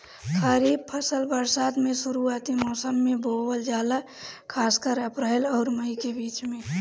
खरीफ फसल बरसात के शुरूआती मौसम में बोवल जाला खासकर अप्रैल आउर मई के बीच में